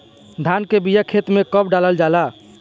धान के बिया खेत में कब डालल जाला?